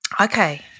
Okay